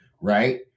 Right